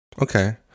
Okay